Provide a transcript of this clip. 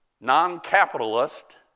non-capitalist